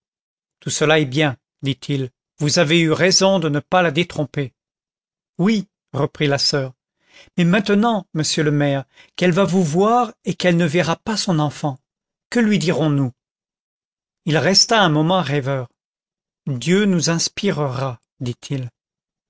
tout cela est bien dit-il vous avez eu raison de ne pas la détromper oui reprit la soeur mais maintenant monsieur le maire qu'elle va vous voir et qu'elle ne verra pas son enfant que lui dirons-nous il resta un moment rêveur dieu nous inspirera dit-il